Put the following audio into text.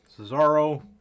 Cesaro